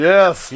Yes